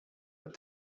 but